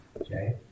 Okay